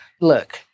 look